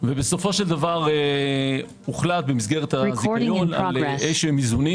בסופו של דבר הוחלט במסגרת הזיכיון על איזונים.